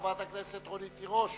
חברת הכנסת רונית תירוש,